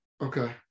Okay